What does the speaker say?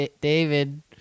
David